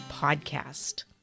podcast